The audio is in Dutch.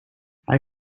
hij